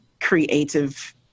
creative